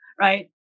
Right